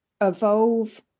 evolve